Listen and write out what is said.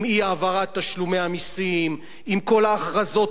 עם אי-העברת תשלומי המסים, עם כל ההכרזות